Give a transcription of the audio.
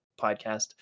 podcast